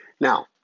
Now